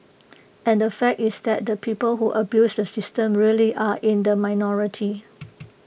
and the fact is that the people who abuse the system really are in the minority